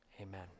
Amen